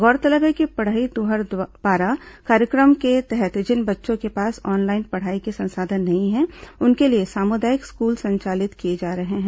गौरतलब है कि पढ़ई तुंरह पारा कार्यक्रम के तहत जिन बच्चों के पास ऑनलाइन पढ़ाई के संसाधन नहीं है उनके लिए सामुदायिक स्कूल संचालित किए जा रहे हैं